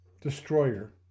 destroyer